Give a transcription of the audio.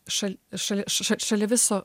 šal šal ša ša šalia viso